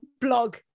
blog